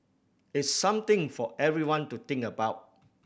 it's something for everyone to think about